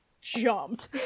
jumped